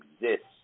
exists